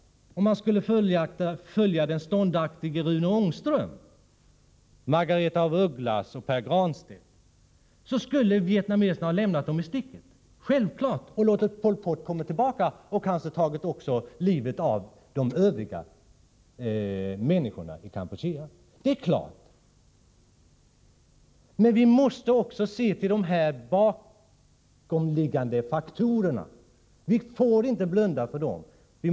Om man skulle följa den ståndaktige Rune Ångström, följa Margaretha af Ugglas och Pär Granstedt, skulle vietnameserna självfallet ha lämnat kampucheanerna i sticket och låtit Pot Pot komma tillbaka och kanske ta livet av de övriga människorna i Kampuchea. Men vi måste också se på dessa bakomliggande faktorer — vi får inte blunda för dem.